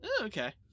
okay